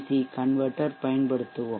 C மாற்றி converter பயன்படுத்துவோம்